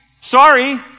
Sorry